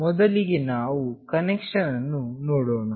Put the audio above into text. ಮೊದಲಿಗೆ ನಾವು ಕನೆಕ್ಷನ್ ಅನ್ನು ನೋಡೋಣ